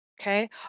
Okay